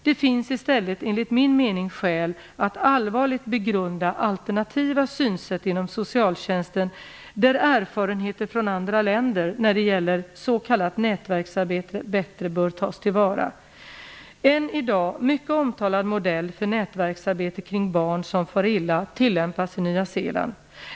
Det finns i stället, enligt min mening, skäl att allvarligt begrunda alternativa synsätt inom socialtjänsten, där erfarenheter från andra länder när det gäller s.k. nätverksarbete bättre bör tas till vara. En i dag mycket omtalad modell för nätverksarbete kring barn som far illa tillämpas i Nya Zeeland.